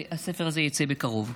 והספר הזה יצא בקרוב.